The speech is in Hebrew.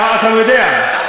אתה יודע.